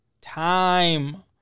time